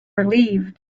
relieved